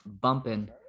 bumping